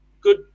good